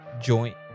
joint